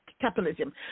Capitalism